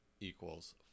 equals